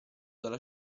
dalla